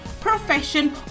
profession